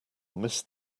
miss